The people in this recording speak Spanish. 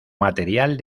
material